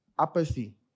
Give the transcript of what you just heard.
Apathy